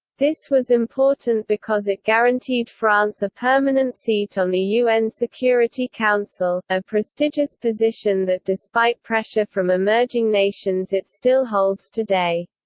this was important because it guaranteed france a permanent seat on the un security council, a prestigious position that despite pressure from emerging nations it still holds today.